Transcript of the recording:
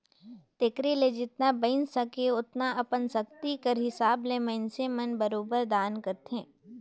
तेकरे ले जेतना बइन सके ओतना अपन सक्ति कर हिसाब ले मइनसे मन बरोबेर दान करथे